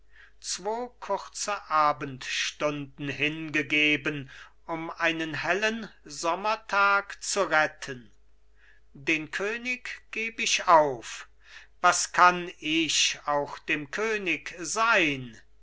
zwo kurze abendstunden hingegeben um einen hellen sommertag zu retten den könig geb ich auf was kann ich auch dem könig sein